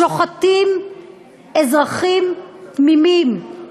שוחטים אזרחים תמימים,